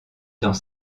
dans